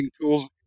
tools